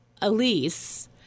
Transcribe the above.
Elise